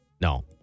No